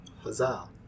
Huzzah